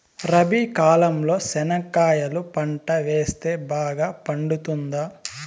రబి కాలంలో చెనక్కాయలు పంట వేస్తే బాగా పండుతుందా?